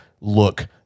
look